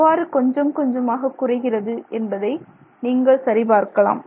எவ்வாறு கொஞ்சம் கொஞ்சமாக குறைகிறது என்பதை நீங்கள் சரி பார்க்கலாம்